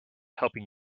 helping